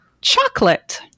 chocolate